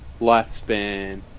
lifespan